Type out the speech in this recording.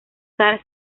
zar